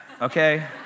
okay